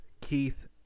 Keith